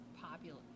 popular